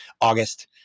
August